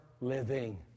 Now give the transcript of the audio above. living